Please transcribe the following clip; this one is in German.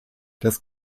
das